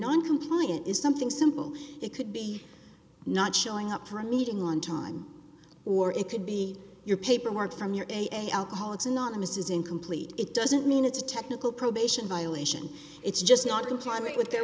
non compliant is something simple they could be not showing up for a meeting on time or it could be your paperwork from your a alcoholics anonymous is incomplete it doesn't mean it's a technical probation violation it's just not to climb it with their